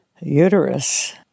uterus